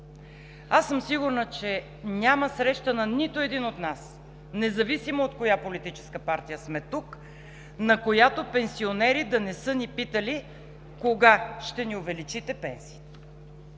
съм, че няма среща на нито един от нас, независимо от коя политическа партия сме тук, на която пенсионери да не са ни питали: „Кога ще ни увеличите пенсиите?“